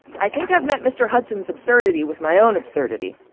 i think i've met mr. hudson's absurdity with my own absurdity.